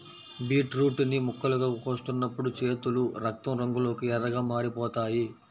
beetroot ని ముక్కలుగా కోస్తున్నప్పుడు చేతులు రక్తం రంగులోకి ఎర్రగా మారిపోతాయి